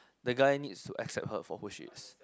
the guy needs to accept her for who she is